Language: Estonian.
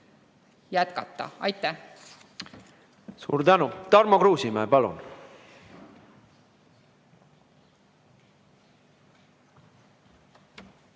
jätkata. Aitäh! Suur tänu! Tarmo Kruusimäe, palun!